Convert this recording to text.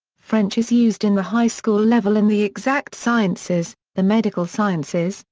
french is used in the high school level in the exact sciences, the medical sciences,